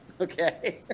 Okay